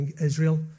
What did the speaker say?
Israel